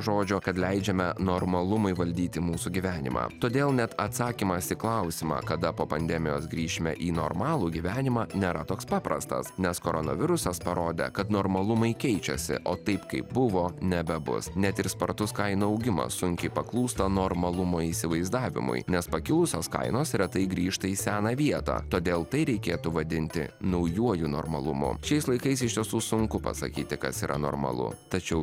žodžio kad leidžiame normalumui valdyti mūsų gyvenimą todėl net atsakymas į klausimą kada po pandemijos grįšime į normalų gyvenimą nėra toks paprastas nes koronavirusas parodė kad normalumai keičiasi o taip kaip buvo nebebus net ir spartus kainų augimas sunkiai paklūsta normalumo įsivaizdavimui nes pakilusios kainos retai grįžta į seną vietą todėl tai reikėtų vadinti naujuoju normalumu šiais laikais iš tiesų sunku pasakyti kas yra normalu tačiau